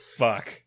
fuck